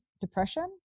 depression